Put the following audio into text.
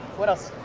what else?